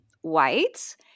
white